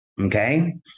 Okay